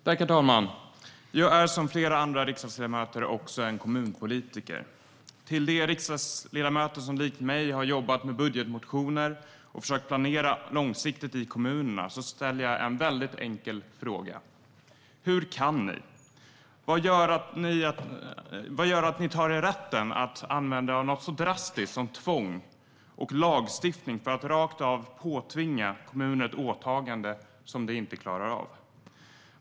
Herr talman! Jag är, liksom flera andra riksdagsledamöter, också en kommunpolitiker. Till de riksdagsledamöter som likt mig har jobbat med budgetmotioner och försökt att planera långsiktigt i kommunerna ställer jag några enkla frågor. Hur kan ni? Vad är det som gör att ni tar er rätten att använda något så drastiskt som tvång och lagstiftning för att rakt av påtvinga kommuner ett åtagande som de inte klarar av?